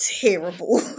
terrible